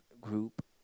group